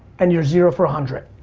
and you're zero for a hundred?